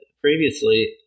previously